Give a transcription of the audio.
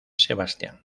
sebastián